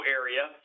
area